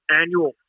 annual